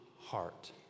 heart